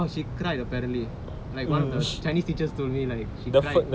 oh she cried you apparently like one of the chinese teachers told me like she cried